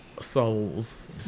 souls